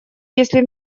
если